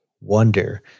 wonder